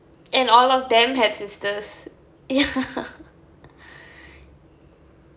and all of them have sisters ya